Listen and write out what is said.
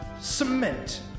cement